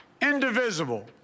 indivisible